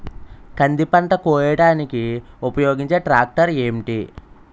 కంది పంట కోయడానికి ఉపయోగించే ట్రాక్టర్ ఏంటి?